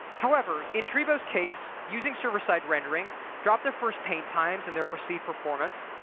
however, in treebos' case, using server side rendering dropped their first paint times and their perceived performance.